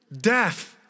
Death